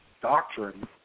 doctrine